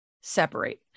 separate